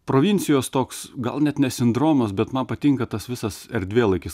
provincijos toks gal net ne sindromas bet man patinka tas visas erdvėlaikis